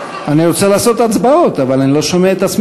אני רוצה לעשות הצבעות, אבל אני לא שומע את עצמי,